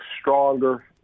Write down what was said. stronger